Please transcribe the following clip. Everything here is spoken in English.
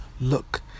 Look